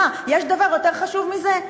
מה, יש דבר יותר חשוב מזה?